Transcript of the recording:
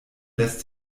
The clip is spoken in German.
lässt